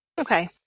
Okay